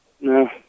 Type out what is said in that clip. No